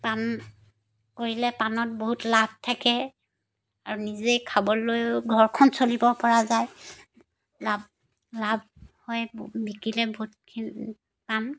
পাণ কৰিলে পাণত বহুত লাভ থাকে আৰু নিজে খাবলৈও ঘৰখন চলিব পৰা যায় লাভ লাভ হয় বিকিলে বহুতখিনি পাণ